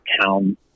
town